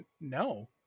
no